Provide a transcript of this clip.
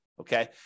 Okay